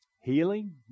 Healing